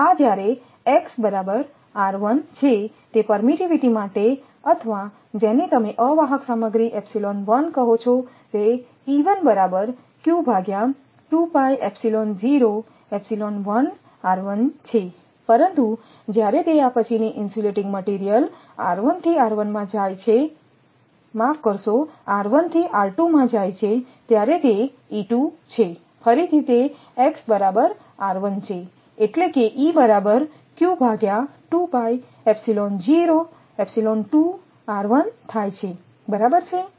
આ જ્યારે x બરાબર છે તે પરમીટીવીટી માટે અથવા જેને તમે અવાહક સામગ્રી કહો છો તે છે પરંતુ જ્યારે તે આ પછીની ઇન્સ્યુલેટીંગ મટિરિયલ થી માં જાય ત્યારે તે છે ફરીથી તે x બરાબર છે એટલે બરાબર છે